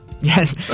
Yes